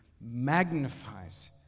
magnifies